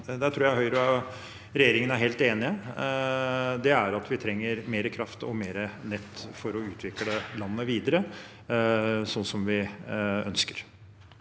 der tror jeg Høyre og regjeringen er helt enige – er at vi trenger mer kraft og mer nett for å utvikle landet videre slik som vi ønsker.